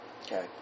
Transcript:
Okay